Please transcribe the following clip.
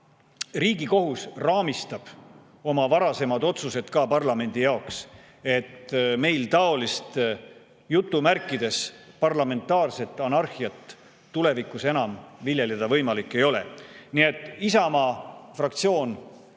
Riigikohus raamistab oma varasemad otsused ka parlamendi jaoks nii, et meil taolist "parlamentaarset anarhiat" tulevikus enam viljeleda võimalik ei ole. Nii et Isamaa fraktsioon